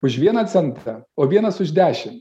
už vieną centrą o vienas už dešim